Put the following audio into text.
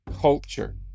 culture